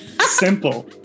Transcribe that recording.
Simple